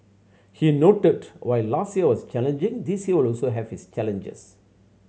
he noted while last year was challenging this year will also have its challenges